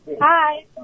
Hi